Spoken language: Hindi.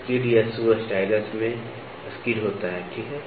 स्किड या शू स्टाइलस में स्किड होता है ठीक है